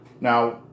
Now